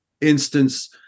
instance